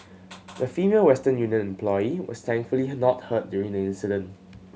the Female Western Union employee was thankfully not hurt during the incident